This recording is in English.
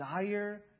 desire